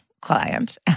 client